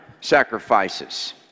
sacrifices